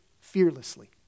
fearlessly